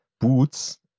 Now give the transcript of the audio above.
boots